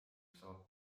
saab